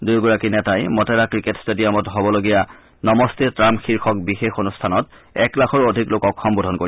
দুয়োগৰাকী নেতাই মতেৰা ক্ৰিকেট ট্টেডিয়ামত হ'বলগীয়া নমস্তে টাম্প শীৰ্ষক বিশেষ অনুষ্ঠানত এক লাখৰো অধিক লোকক সম্বোধন কৰিব